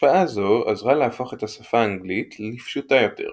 השפעה זו עזרה להפוך את השפה אנגלית לפשוטה יותר,